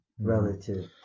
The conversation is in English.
Relative